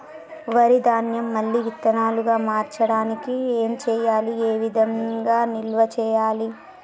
వరి ధాన్యము మళ్ళీ విత్తనాలు గా మార్చడానికి ఏం చేయాలి ఏ విధంగా నిల్వ చేయాలి?